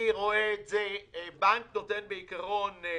בנק נותן בעיקרון את